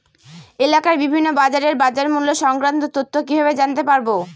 এলাকার বিভিন্ন বাজারের বাজারমূল্য সংক্রান্ত তথ্য কিভাবে জানতে পারব?